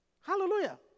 Hallelujah